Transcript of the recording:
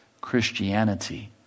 Christianity